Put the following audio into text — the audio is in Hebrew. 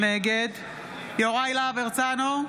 נגד יוראי להב הרצנו,